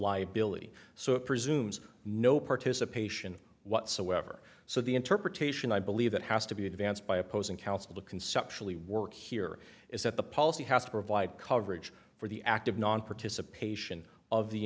liability so it presumes no participation whatsoever so the interpretation i believe that has to be advanced by opposing counsel to conceptually work here is that the policy has to provide coverage for the act of nonparticipation of the